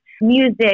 music